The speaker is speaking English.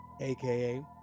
aka